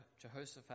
Jehoshaphat